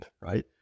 right